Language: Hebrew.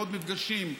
ועוד מפגשים,